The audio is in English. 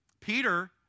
Peter